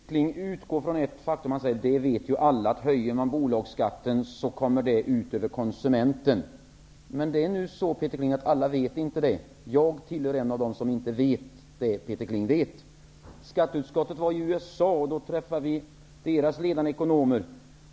Herr talman! Peter Kling utgår från det faktum att alla vet att en höjning av bolagsskatten går ut över konsumenten. Nej, Peter Kling, alla vet inte det. Jag är en av dem som inte vet vad Peter Kling vet. Vi i skatteutskottet har ju varit i USA. Där träffade vi ledande ekonomer.